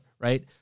right